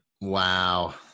Wow